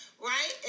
right